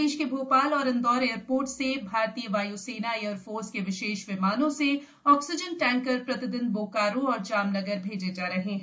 प्रदेश के भोपाल और इंदौर एयरपोर्ट से भारतीय वायुसेना एयरफोर्स के विशेष विमानों से ऑक्सीजन टैंकर प्रतिदिन बोकारो और जामनगर भेजे जा रहे हैं